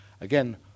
Again